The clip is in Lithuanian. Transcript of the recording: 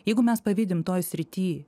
jeigu mes pavydim toj srity